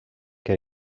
que